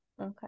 okay